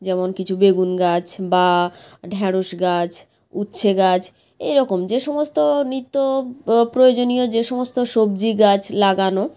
যেমন কিছু বেগুন গাছ বা ঢ্যাঁড়স গাছ উচ্ছে গাছ এরকম যে সমস্ত নিত্য প্রয়োজনীয় যে সমস্ত সবজি গাছ লাগানো